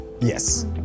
Yes